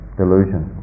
delusion